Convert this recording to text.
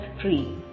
free